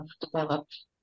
developed